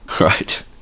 Right